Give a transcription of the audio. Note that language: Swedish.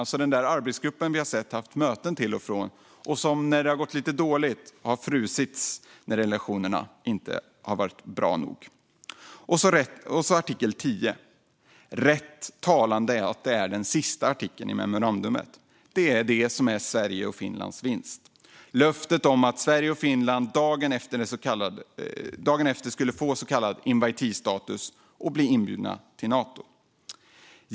Det är den arbetsgrupp som vi har sett ha haft möten till och från och som har frusits när relationerna inte har varit bra nog. Därtill har vi artikel 10, och det är rätt talande att det är den sista artikeln i memorandumet. Den är Sveriges och Finlands vinst, det vill säga löftet om att Sverige och Finland dagen efter skulle få så kallad inviteestatus och bli inbjudna till Nato.